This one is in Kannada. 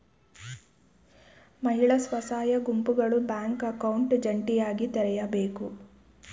ಮಹಿಳಾ ಸ್ವಸಹಾಯ ಗುಂಪುಗಳು ಬ್ಯಾಂಕ್ ಅಕೌಂಟ್ ಜಂಟಿಯಾಗಿ ತೆರೆಯಬೇಕು